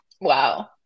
Wow